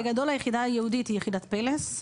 בגדול, היחידה הייעודית היא יחידת "פלס".